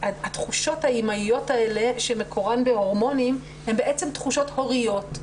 שהתחושות האימהיות האלה שמקורן בהורמונים הם בעצם תחושות הוריות.